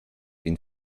den